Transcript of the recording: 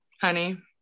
honey